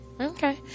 Okay